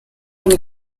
une